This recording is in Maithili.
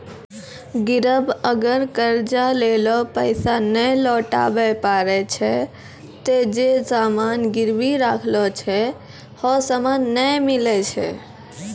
गिरब अगर कर्जा लेलो पैसा नै लौटाबै पारै छै ते जे सामान गिरबी राखलो छै हौ सामन नै मिलै छै